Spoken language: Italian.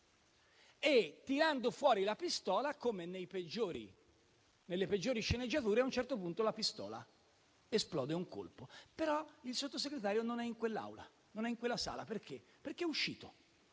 E tirando fuori la pistola, come nelle peggiori sceneggiature, a un certo punto la pistola esplode un colpo, ma il Sottosegretario non è in quella sala, perché è uscito.